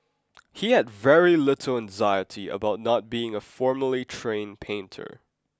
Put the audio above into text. he had very little anxiety about not being a formally trained painter